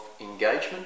Engagement